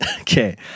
Okay